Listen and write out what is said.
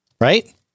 Right